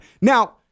Now